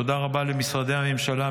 תודה רבה למשרדי הממשלה,